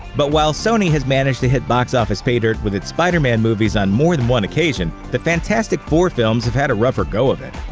but while sony has managed to hit box office paydirt with its spider-man movies on more than one occasion, the fantastic four films have had a rougher go of it.